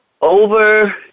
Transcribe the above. over